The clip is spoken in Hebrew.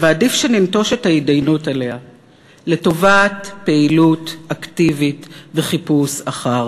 ועדיף שננטוש את ההתדיינות עליה לטובת פעילות אקטיבית וחיפוש אחר